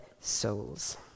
souls